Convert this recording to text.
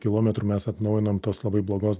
kilometrų mes atnaujinam tos labai blogos